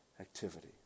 activity